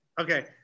Okay